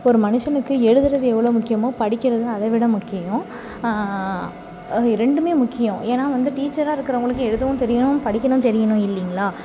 ஒரு மனுஷனுக்கு எழுதுகிறது எவ்வளோ முக்கியமோ படிக்கிறது அதைவிட முக்கியம் ரெண்டுமே முக்கியம் ஏன்னா வந்து டீச்சராக இருக்கிறவங்களுக்கு எழுதவும் தெரியணும் படிக்கவும் தெரியணும் இல்லீங்களா